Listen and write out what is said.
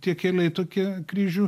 tie keliai tokie kryžių